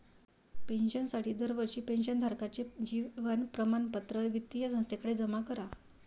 पेन्शनसाठी दरवर्षी पेन्शन धारकाचे जीवन प्रमाणपत्र वित्तीय संस्थेकडे जमा करा